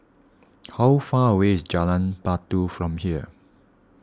how far away is Jalan Batu from here